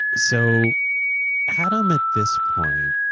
so adam, at this point,